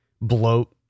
bloat